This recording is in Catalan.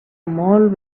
molt